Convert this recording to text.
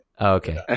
okay